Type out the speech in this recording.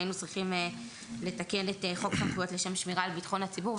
היינו צריכים לתקן את חוק סמכויות לשם שמירה על ביטחון הציבור,